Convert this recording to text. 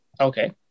Okay